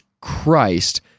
Christ